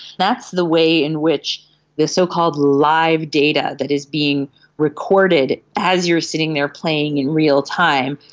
that's the way in which the so-called live data that is being recorded as you are sitting there playing in real time,